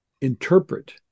interpret